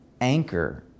anchor